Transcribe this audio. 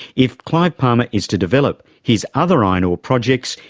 if clive palmer is to develop his other iron ore projects,